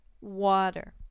water